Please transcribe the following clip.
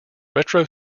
retro